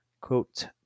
quote